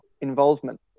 involvement